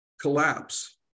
collapse